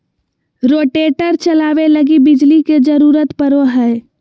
rotator चलावे लगी बिजली के जरूरत पड़ो हय